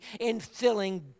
infilling